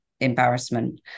embarrassment